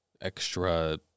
extra